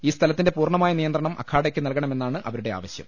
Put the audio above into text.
ഈ സ്ഥലത്തിന്റെ പൂർണമായ നിയന്ത്രണം അഖാഡയ്ക്ക് നൽകണമെന്നാണ് അവരുടെ ആവശ്യം